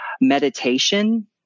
Meditation